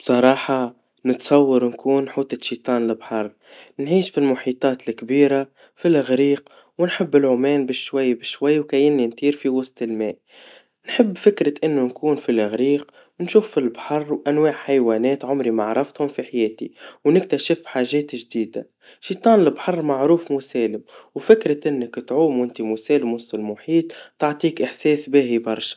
بصراحا نتصور نكون حوتة شيطان البحار, نعيش في المحيطات الكبيرا, في الغريق ونحب العومان بشويا بشويا وكأني نطير في وسط الماء, نحب فكرة إنه نكون في الغريق ونشوف في البحر وأنواع حيوانات عمري ما عرفتهم في حياتي, ونكتشف حاجات جديدا, شيطان البحر معروف مسالم, وفكرة إنك تعوم وانت مسالم وسط المحيط, تعطيك إحساس باهي برشا.